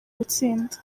gutsinda